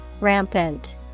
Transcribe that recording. Rampant